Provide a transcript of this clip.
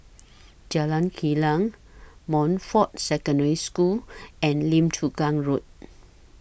Jalan Kilang Montfort Secondary School and Lim Chu Kang Road